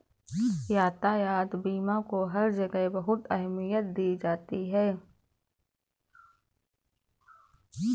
यातायात बीमा को हर जगह बहुत अहमियत दी जाती है